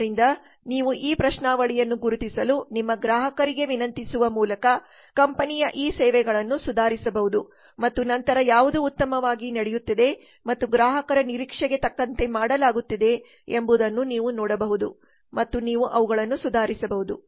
ಆದ್ದರಿಂದ ನೀವು ಈ ಪ್ರಶ್ನಾವಳಿಯನ್ನು ಗುರುತಿಸಲು ನಿಮ್ಮ ಗ್ರಾಹಕರಿಗೆ ವಿನಂತಿಸುವ ಮೂಲಕ ಕಂಪನಿಯ ಈ ಸೇವೆಗಳನ್ನು ಸುಧಾರಿಸಬಹುದು ಮತ್ತು ನಂತರ ಯಾವುದು ಉತ್ತಮವಾಗಿ ನಡೆಯುತ್ತಿದೆ ಮತ್ತು ಗ್ರಾಹಕರ ನಿರೀಕ್ಷೆಗೆ ತಕ್ಕಂತೆ ಮಾಡಲಾಗುತ್ತಿದೆ ಎಂಬುದನ್ನು ನೀವು ನೋಡಬಹುದು ಮತ್ತು ನೀವು ಅವುಗಳನ್ನು ಸುಧಾರಿಸಬಹುದು